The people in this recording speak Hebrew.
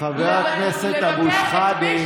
חבר הכנסת אבו שחאדה.